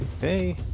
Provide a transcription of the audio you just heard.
hey